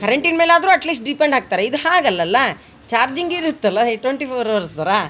ಕರೆಂಟಿನ ಮೇಲಾದ್ರು at least depend ಆಗ್ತಾರೆ ಇದು ಹಾಗಲ್ಲಲ್ಲ ಚಾರ್ಜಿಂಗ್ ಇರುತ್ತೆಲ್ಲ ಟ್ವೆಂಟಿ ಫೋರ್ ಹವರ್ಸ್ರರು